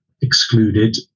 excluded